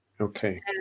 Okay